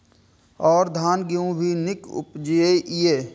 और धान गेहूँ भी निक उपजे ईय?